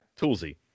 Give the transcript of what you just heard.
Toolsy